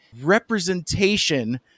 representation